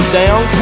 down